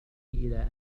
إلى